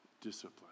discipline